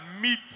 meet